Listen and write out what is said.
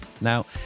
Now